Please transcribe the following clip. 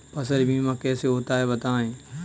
फसल बीमा कैसे होता है बताएँ?